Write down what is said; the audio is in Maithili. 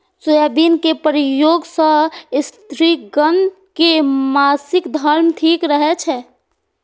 सोयाबिन के प्रयोग सं स्त्रिगण के मासिक धर्म ठीक रहै छै